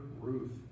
Ruth